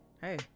hey